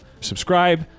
Subscribe